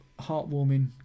heartwarming